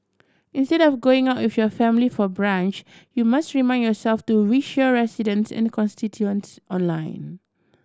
instead of going out with your family for brunch you must remind yourself to wish your residents and constituents online